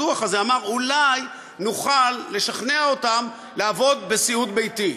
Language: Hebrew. הדוח הזה אמר: אולי נוכל לשכנע אותם לעבוד בסיעוד ביתי,